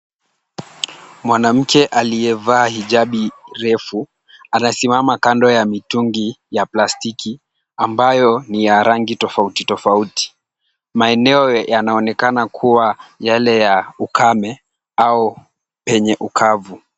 Mwanamke aliyevaa hijabi refu anasimama kando ya mitungi ya plastiki ambayo ni ya rangi tofauti tofauti. Maeneo yanaonekana kuwa yale ya ukame au penye ukavu.